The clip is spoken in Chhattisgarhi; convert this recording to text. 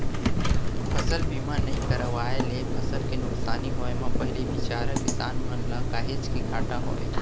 फसल बीमा नइ करवाए ले फसल के नुकसानी होय म पहिली बिचारा किसान मन ल काहेच के घाटा होय